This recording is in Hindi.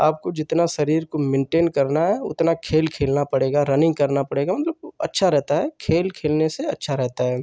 आपको जितना शरीर को मेन्टेन करना है उतना खेल खेलना पड़ेगा रनिन्ग करना पड़ेगा मतलब अच्छा रहता है खेल खेलने से अच्छा रहता है